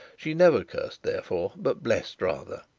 she never cursed, therefore, but blessed rather.